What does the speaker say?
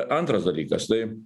antras dalykas tai